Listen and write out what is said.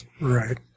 right